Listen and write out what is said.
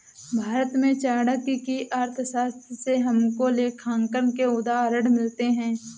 भारत में चाणक्य की अर्थशास्त्र से हमको लेखांकन के उदाहरण मिलते हैं